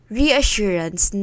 reassurance